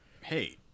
Hey